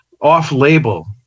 Off-label